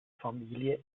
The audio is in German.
familie